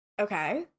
Okay